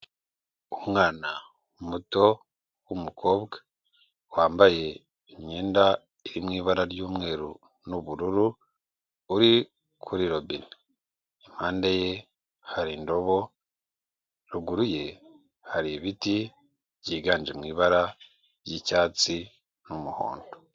Umwana muto w'umukobwa, wambaye imyenda iri mu ibara ry'umweru n'ubururu, uri kuri robine, impande ye hari indobo, ruguru ye hari ibiti byiganje mu ibara ry'icyatsi n'umuhondo.